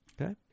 okay